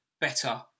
better